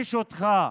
נעניש אותך,